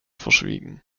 verschwiegen